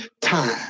time